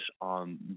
on